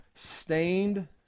Stained